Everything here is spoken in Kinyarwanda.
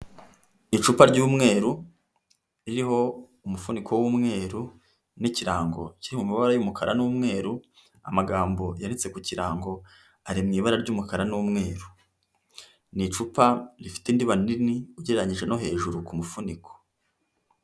Icupa ry'umweru ririho umufuniko w'umweru n'ikirango kiri mu mabara y'umukara n'umweru, amagambo yanditse ku kirango ari mu ibara ry'umukara n'umweru. Ni icupa rifite indiba nini ugereranyije no hejuru ku mufuniko.